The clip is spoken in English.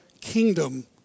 kingdom